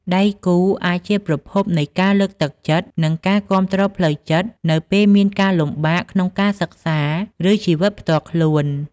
ដៃគូអាចជាប្រភពនៃការលើកទឹកចិត្ត និងការគាំទ្រផ្លូវចិត្តនៅពេលមានការលំបាកក្នុងការសិក្សា ឬជីវិតផ្ទាល់ខ្លួន។